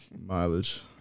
mileage